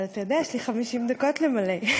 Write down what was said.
אבל אתה יודע, יש לי 50 דקות למלא.